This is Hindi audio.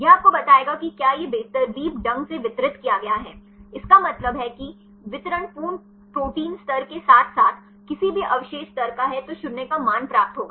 यह आपको बताएगा कि क्या यह बेतरतीब ढंग से वितरित किया गया है इसका मतलब है कि वितरण पूर्ण प्रोटीन स्तर के साथ साथ किसी भी अवशेष स्तर का है तो 0 का मान प्राप्त होगा